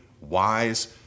wise